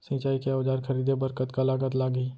सिंचाई के औजार खरीदे बर कतका लागत लागही?